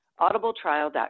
audibletrial.com